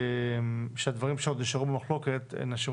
שאת הדברים שעוד נשארו במחלוקת נשאיר